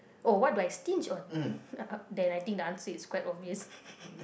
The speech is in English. oh what do I stinge on then I think the answer is quite obvious